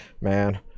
man